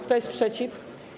Kto jest przeciw?